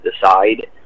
decide